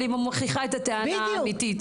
אבל היא מוכיחה את הטענה האמתית.